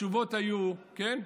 התשובות היו, כן,